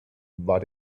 war